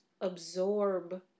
absorb